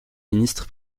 ministre